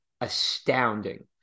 astounding